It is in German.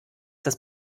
das